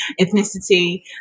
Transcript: ethnicity